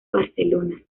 barcelona